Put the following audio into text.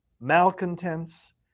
malcontents